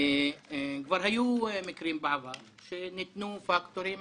כבר היו מקרים בעבר שניתנו פקטורים